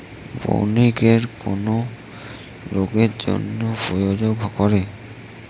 Biocure কোন রোগেরজন্য প্রয়োগ করে?